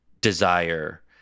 desire